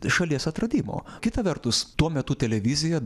šalies atradimo kita vertus tuo metu televizija